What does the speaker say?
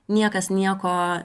niekas nieko